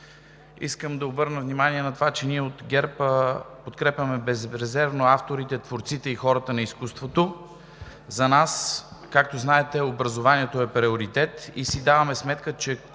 Искам да обърна внимание на това, че ние от ГЕРБ безрезервно подкрепяме авторите, творците и хората на изкуството. За нас, както знаете, образованието е приоритет и си даваме сметка, че